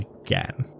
again